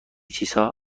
چیزها